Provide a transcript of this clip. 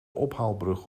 ophaalbrug